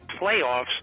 playoffs